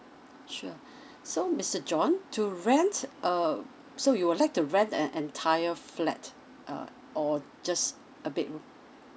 sure so mister john to rent uh so you would like to rent an entire flat uh or just a bedroom